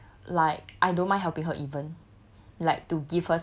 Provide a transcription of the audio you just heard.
okay like I don't mind helping her even